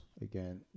again